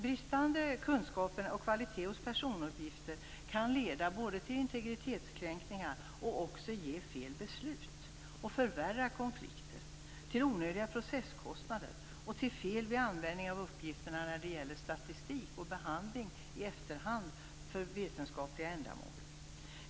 Bristande kunskaper och kvalitet i fråga om personuppgifter kan leda till integritetskränkningar och ge fel beslut och förvärra konflikter till onödiga processkostnader och leda till fel vid användning av uppgifter när det gäller statistik och behandling i efterhand för vetenskapliga ändamål.